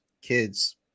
kids